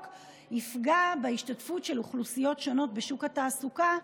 יפגע בהשתתפות של אוכלוסיות שונות בשוק התעסוקה,